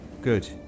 Good